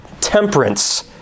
temperance